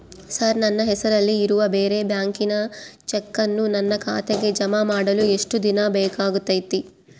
Sir ನನ್ನ ಹೆಸರಲ್ಲಿ ಇರುವ ಬೇರೆ ಬ್ಯಾಂಕಿನ ಚೆಕ್ಕನ್ನು ನನ್ನ ಖಾತೆಗೆ ಜಮಾ ಮಾಡಲು ಎಷ್ಟು ದಿನ ಬೇಕಾಗುತೈತಿ?